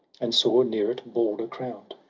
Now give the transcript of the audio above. and saw, near it. balder crown'd,